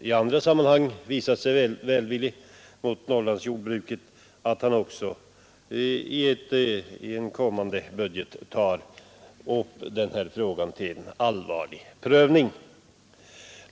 i andra sammanhang har visat sig välvillig mot Norrlandsjordbruket, också i en kommande budget tar upp den här frågan till allvarlig prövning.